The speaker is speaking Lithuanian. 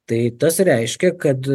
tai tas reiškia kad